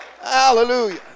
Hallelujah